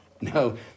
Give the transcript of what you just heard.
no